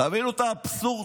תבינו את האבסורד,